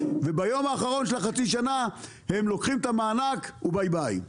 וביום האחרון של החצי-שנה הם לוקחים את המענק וביי-ביי.